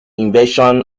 invasion